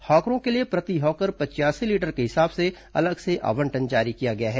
हॉकरों के लिए प्रति हॉकर पचयासी लीटर के हिसाब से अलग से आवंटन जारी किया गया है